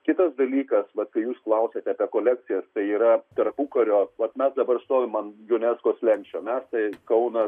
kitas dalykas vat kai jūs klausiat ką kolekcijas tai yra tarpukario vat mes dabar stovim ant unesco slenksčio mes tai kaunas